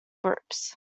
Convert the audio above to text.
groups